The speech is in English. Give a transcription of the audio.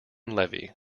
levy